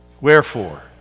Wherefore